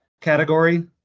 category